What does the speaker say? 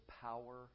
power